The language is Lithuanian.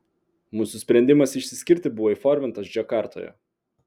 mūsų sprendimas išsiskirti buvo įformintas džakartoje